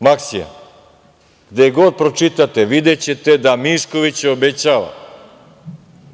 „Maksija“. Gde god pročitate, videćete da Mišković obećava,